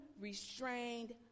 Restrained